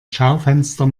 schaufenster